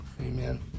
Amen